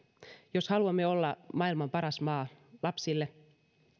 jos haluamme olla maailman paras maa lapsille